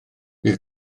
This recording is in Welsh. bydd